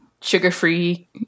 Sugar-free